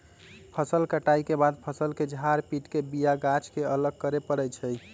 फसल कटाइ के बाद फ़सल के झार पिट के बिया गाछ के अलग करे परै छइ